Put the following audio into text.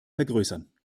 vergrößern